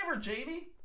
Jamie